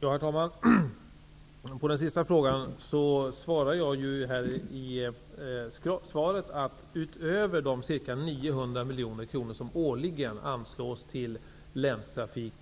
Herr talman! Den sista frågan besvarade jag i mitt svar. Utöver det årliga anslaget på ca 900 miljoner till länstrafiken